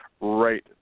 right